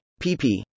Pp